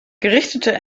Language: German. gerichtete